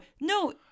no